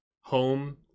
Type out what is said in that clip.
home